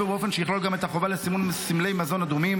באופן שיכלול גם את החובה לסימון בסמלי מזון אדומים,